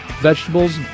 vegetables